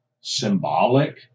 symbolic